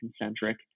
concentric